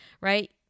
right